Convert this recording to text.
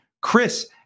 Chris